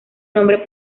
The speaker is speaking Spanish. nombre